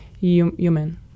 human